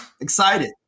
excited